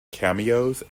cameos